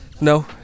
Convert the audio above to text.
No